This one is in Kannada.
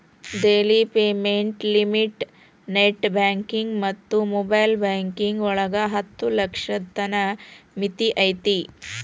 daily payment limit net banking ಮತ್ತ ಮೊಬೈಲ್ ಬ್ಯಾಂಕಿಂಗ್ ಒಳಗ ಹತ್ತ ಲಕ್ಷದ್ ತನ ಮಿತಿ ಐತಿ